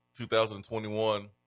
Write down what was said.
2021